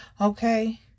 okay